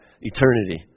eternity